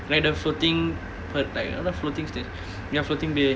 like the floating uh like uh not floating sta~ ya floating bay